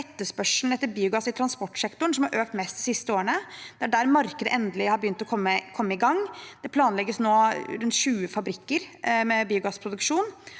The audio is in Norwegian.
etterspørselen etter biogass i transportsektoren som har økt mest de siste årene – det er der markedet endelig har begynt å komme i gang. Det planlegges nå rundt 20 fabrikker med biogassproduksjon,